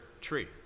tree